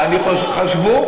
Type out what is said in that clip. חשבו.